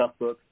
Toughbook